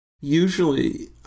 Usually